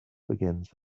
begins